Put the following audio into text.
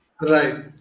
Right